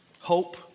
Hope